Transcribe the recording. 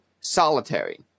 solitary